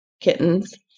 kittens